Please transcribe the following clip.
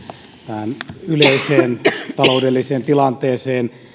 tähän yleiseen taloudelliseen tilanteeseen